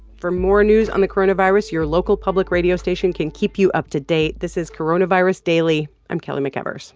for more news on the coronavirus, your local public radio station can keep you up to date this is coronavirus daily. i'm kelly mcevers